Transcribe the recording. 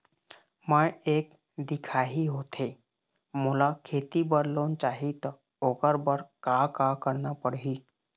मैं एक दिखाही होथे मोला खेती बर लोन चाही त ओकर बर का का करना पड़ही?